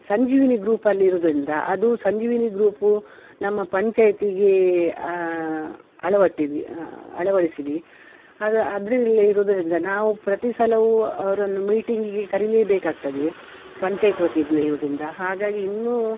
ಸಂಜೀವಿನಿ ಗ್ರೂಪಲ್ಲಿರುವುದ್ರಿಂದ ಅದು ಸಂಜೀವಿನಿ ಗ್ರೂಪು ನಮ್ಮ ಪಂಚಾಯಿತಿಗೆ ಅಳವಟ್ಟಿದೀ ಅಳವಡಿಸಿದ್ದೀವಿ ಅದು ಅದರಲ್ಲಿ ಇರುವುದರಿಂದ ನಾವು ಪ್ರತಿ ಸಲವೂ ಅವರನ್ನು ಮೀಟಿಂಗಿಗೆ ಕರಿಲೇ ಬೇಕಾಗ್ತದೆ ಪಂಚಾಯ್ತಿ ವತಿಯಿಂದ ಇರುವುದರಿಂದ ಹಾಗಾಗಿ ಇನ್ನೂ